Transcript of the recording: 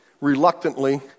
reluctantly